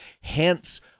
Hence